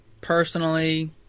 personally